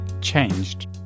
changed